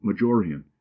Majorian